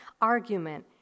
argument